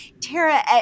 Tara